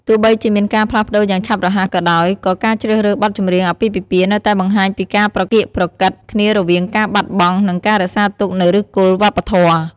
ទោះបីជាមានការផ្លាស់ប្តូរយ៉ាងឆាប់រហ័សក៏ដោយ ក៏ការជ្រើសរើសបទចម្រៀងអាពាហ៍ពិពាហ៍នៅតែបង្ហាញពីការប្រកៀកប្រកិតគ្នារវាងការបាត់បង់ និងការរក្សាទុកនូវឫសគល់វប្បធម៌។